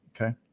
Okay